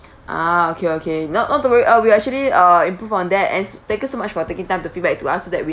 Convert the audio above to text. ah okay okay not not to worry uh we are actually uh improve on that and thank you so much for taking time to feedback to us so that we